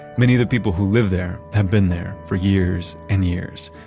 many of the people who live there have been there for years and years.